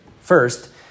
First